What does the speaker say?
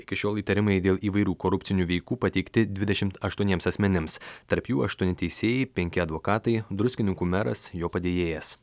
iki šiol įtarimai dėl įvairių korupcinių veikų pateikti dvidešimt aštuoniems asmenims tarp jų aštuoni teisėjai penki advokatai druskininkų meras jo padėjėjas